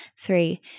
Three